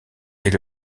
est